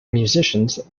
musicians